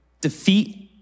defeat